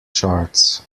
charts